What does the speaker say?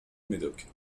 médoc